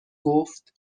گفت